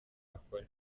akora